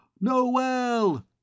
Noel